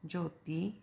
ज्योती